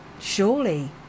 surely